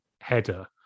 header